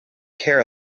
care